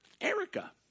Erica